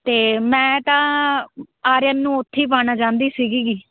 ਅਤੇ ਮੈਂ ਤਾਂ ਆਰਿਅਨ ਨੂੰ ਉੱਥੇ ਹੀ ਪਾਉਣਾ ਚਾਹੁੰਦੀ ਸੀਗੀ ਗੀ